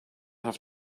have